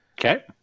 Okay